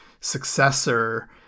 successor